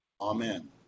amen